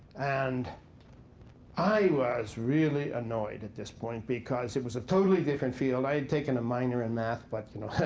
and i was really annoyed at this point, because it was a totally different field. i had taken a minor in math. but, you know,